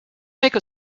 make